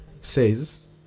says